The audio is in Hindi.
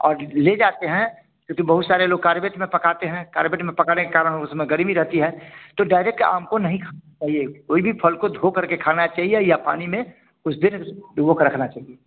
और ले जाते हैं क्योंकि बहुत सारे लोग कार्बेट में पकाते हैं कार्बेट में पकाने कारण उसमें गर्मी रहती है तो डायरेक आम को नहीं खा चाहिए कोई भी फल को धो करके खाना चाहिए या पानी में कुछ देर डुबो क रखना चाहिए